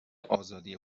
آزادی